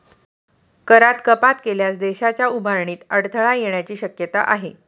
करात कपात केल्यास देशाच्या उभारणीत अडथळा येण्याची शक्यता आहे